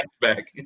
back